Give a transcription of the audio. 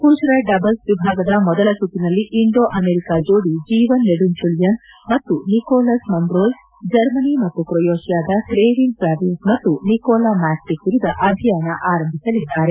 ಪುರುಷರ ಡಬಲ್ಸ್ ವಿಭಾಗದ ಮೊದಲ ಸುತ್ತಿನಲ್ಲಿ ಇಂಡೊ ಅಮೆರಿಕ ಜೋಡಿ ಜೀವನ್ ನೆಡುಂಚುಳಿಯನ್ ಮತ್ತು ನಿಕೋಲಸ್ ಮೊನ್ರೋಯ್ ಜರ್ಮನಿ ಮತ್ತು ಕ್ರೋಯೇಷ್ಠಾದ ಕೇವಿನ್ ಕ್ರಾವೀಟ್ಜ ಮತ್ತು ನಿಕೋಲಾ ಮಾಕ್ಸಿಕ್ ವಿರುದ್ದ ಅಭಿಯಾನ ಆರಂಭಿಸಲಿದ್ದಾರೆ